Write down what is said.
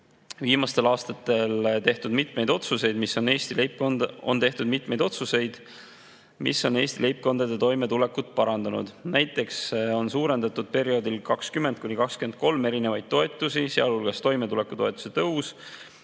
Viimastel aastatel on tehtud mitmeid otsuseid, mis on Eesti leibkondade toimetulekut parandanud. Näiteks on suurendatud perioodil 2020–2023 erinevaid toetusi, sealhulgas [on olnud] toimetulekutoetuse tõus,